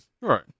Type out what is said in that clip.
Right